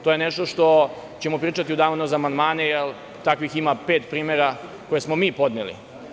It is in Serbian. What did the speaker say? To je nešto o čemu ćemo pričati u danu za amandmane, jer takvih ima pet primera koje smo mi podneli.